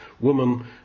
woman